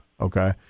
okay